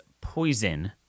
poison